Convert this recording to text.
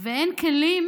ואין כלים